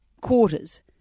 quarters